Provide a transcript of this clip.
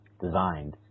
designed